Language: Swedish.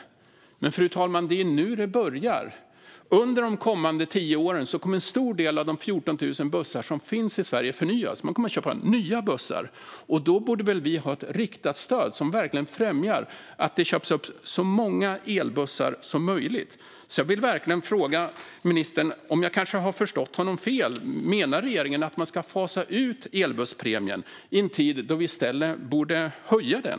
Men, fru talman, det är ju nu det börjar. Under de kommande tio åren kommer en stor del av de 14 000 bussar som finns i Sverige att förnyas. Man kommer att köpa nya bussar. Då borde vi väl ha ett riktat stöd som verkligen främjar att det köps in så många elbussar som möjligt. Jag vill verkligen veta av ministern om jag kanske har förstått honom fel. Menar regeringen att man ska fasa ut elbusspremien i en tid då vi i stället borde höja den?